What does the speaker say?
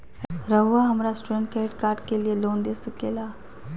रहुआ हमरा student credit card के लिए लोन दे सके ला?